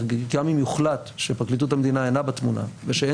כי גם אם יוחלט שפרקליטות המדינה אינה בתמונה ושאין